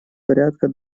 порядка